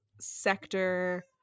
sector